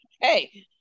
hey